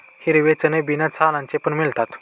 हिरवे चणे बिना सालांचे पण मिळतात